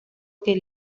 que